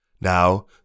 Now